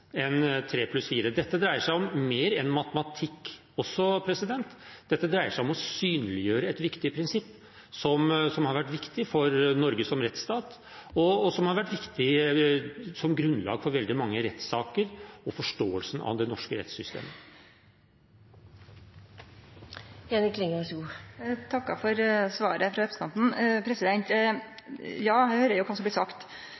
tre pluss fire. Dette dreier seg om mer enn matematikk. Dette dreier seg om å synliggjøre et prinsipp som har vært viktig for Norge som rettsstat, og som har vært viktig som grunnlag for veldig mange rettssaker og for forståelsen av det norske rettssystemet. Eg takkar for svaret frå representanten. Eg høyrer kva som blir sagt.